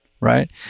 Right